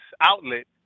outlet